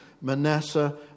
Manasseh